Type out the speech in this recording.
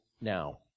now